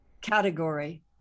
category